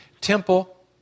temple